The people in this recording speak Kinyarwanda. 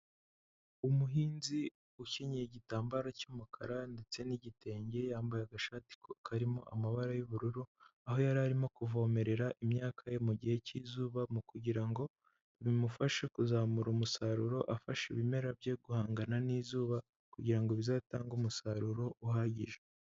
Umuhinzi ukenyeye igitambaro cy'umukara ndetse n'igitenge, yambaye agashati karimo amabara y'ubururu, aho yari arimo kuvomerera imyaka ye mu gihe cy'izuba mu kugira ngo bimufashe kuzamura umusaruro afasha ibimera bye guhangana n'izuba kugira ngo bizatange umusaruro uhagije.